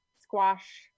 squash